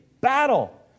battle